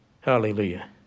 Hallelujah